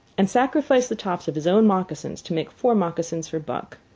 and sacrificed the tops of his own moccasins to make four moccasins for buck.